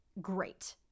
great